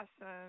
awesome